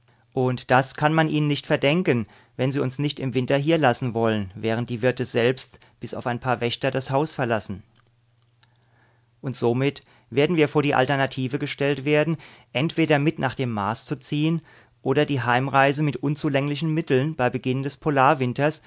und das kann man ihnen nicht verdenken wenn sie uns nicht im winter hierlassen wollen während die wirte selbst bis auf ein paar wächter das haus verlassen und somit werden wir vor die alternative gestellt werden entweder mit nach dem mars zu ziehen oder die heimreise mit unzulänglichen mitteln bei beginn des